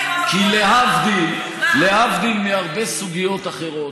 כי להבדיל מהרבה סוגיות אחרות,